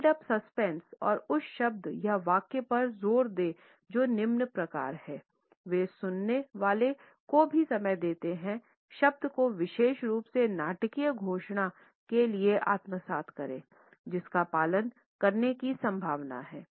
build up suspense और उस शब्द या वाक्य पर जोर दें जो निम्न प्रकार है वे सुनने वाले को भी समय देते हैं शब्द को विशेष रूप से नाटकीय घोषणा के लिए आत्मसात करें जिसका पालन करने की संभावना है